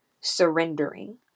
surrendering